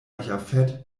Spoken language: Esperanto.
jafet